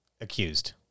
Accused